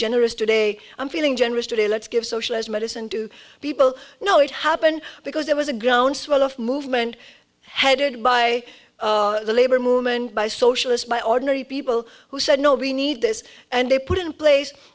generous today i'm feeling generous today let's give socialized medicine to people you know it happened because there was a groundswell of movement headed by the labor movement by socialist by ordinary people who said no we need this and they put in place